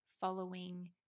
following